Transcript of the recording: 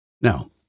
Now